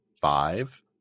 five